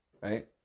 right